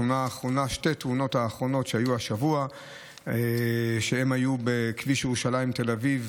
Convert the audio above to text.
שתי התאונות האחרונות שהיו השבוע בכביש ירושלים תל אביב,